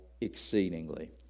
exceedingly